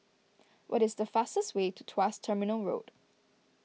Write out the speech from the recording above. what is the fastest way to Tuas Terminal Road